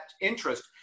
interest